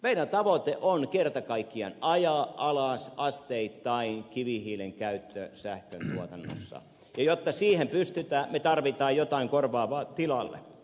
meidän tavoite on kerta kaikkiaan ajaa alas asteittain kivihiilen käyttö sähköntuotannossa ja jotta siihen pystytään me tarvitsemme jotain korvaavaa tilalle